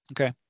okay